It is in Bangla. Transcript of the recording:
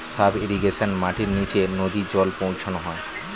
সাব ইরিগেশন মাটির নিচে নদী জল পৌঁছানো হয়